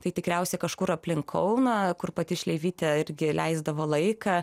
tai tikriausiai kažkur aplink kauną kur pati šleivytė irgi leisdavo laiką